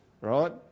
right